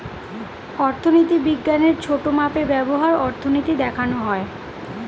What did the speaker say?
অর্থনীতি বিজ্ঞানের ছোটো মাপে ব্যবহার অর্থনীতি দেখানো হয়